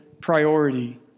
priority